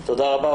תודה רבה.